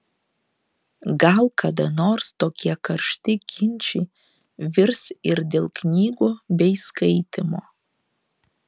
gal kada nors tokie karšti ginčai virs ir dėl knygų bei skaitymo